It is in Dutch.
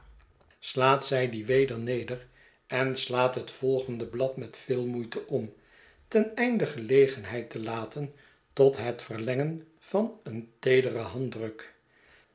zij die weder neder en slaat het volgende blad met veel moeite om ten einde gel egenheid te laten tot het veriengen van een teederen handdruk